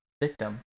victim